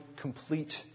complete